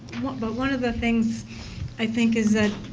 but one of the things i think is that